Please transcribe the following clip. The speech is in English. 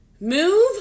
Move